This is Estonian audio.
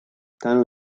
tänu